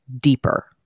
deeper